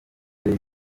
leta